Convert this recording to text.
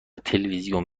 تلویزیون